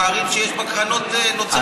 בפערים שנוצרים בקרנות.